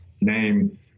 name